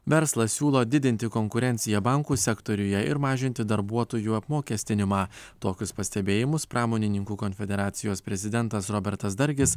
verslas siūlo didinti konkurenciją bankų sektoriuje ir mažinti darbuotojų apmokestinimą tokius pastebėjimus pramonininkų konfederacijos prezidentas robertas dargis